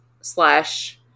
slash